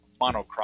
monocrop